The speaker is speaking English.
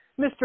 Mr